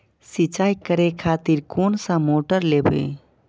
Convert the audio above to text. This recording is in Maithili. सीचाई करें खातिर कोन सा मोटर लेबे?